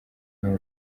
rwego